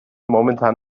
momentan